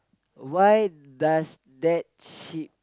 why does that ship